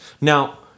now